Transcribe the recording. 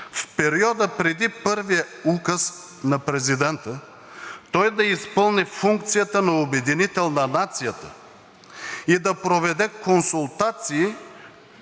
в периода преди първия указ на президента той да изпълни функцията на обединител на нацията и да проведе консултации,